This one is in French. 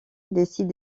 décide